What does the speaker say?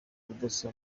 ubudasa